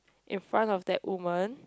in front of that woman